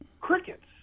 crickets